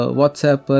whatsapp